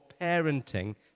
parenting